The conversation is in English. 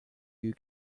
you